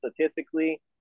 statistically